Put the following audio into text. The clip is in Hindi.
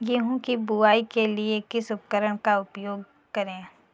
गेहूँ की बुवाई के लिए किस उपकरण का उपयोग करें?